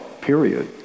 period